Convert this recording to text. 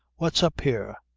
what's up here?